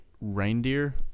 reindeer